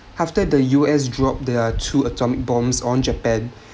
after the U_S drop their two atomic bombs on japan